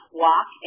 walk